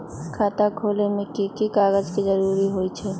खाता खोले में कि की कागज के जरूरी होई छइ?